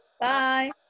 Bye